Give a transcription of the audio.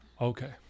Okay